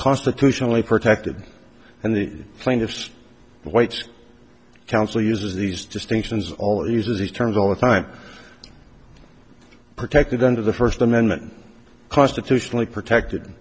constitutionally protected and the plaintiffs the whites counsel uses these distinctions all uses these terms all the time protected under the first amendment constitutionally protected